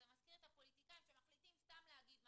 זה מזכיר לי את הפוליטיקאים שמחליטים סתם להגיד משהו.